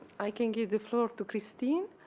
i can give the floor to christine.